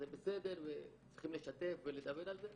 אז זה בסדר וצריכים לשתף ולדבר על זה.